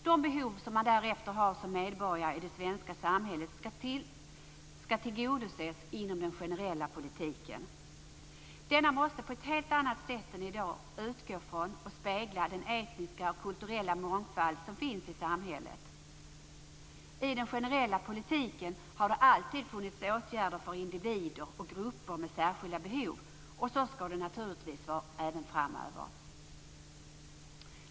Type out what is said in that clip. De behov som man därefter har som medborgare i det svenska samhället skall tillgodoses inom den generella politiken. Den måste på ett helt annat sätt än i dag utgå från och spegla den etniska och kulturella mångfald som finns i samhället. I den generella politiken har det alltid funnits åtgärder för individer och grupper med särskilda behov, och så skall det naturligtvis vara även framöver.